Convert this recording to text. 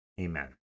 Amen